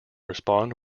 respond